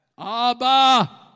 Abba